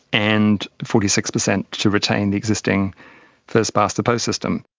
and forty six percent to retain the existing first-past-the-post system.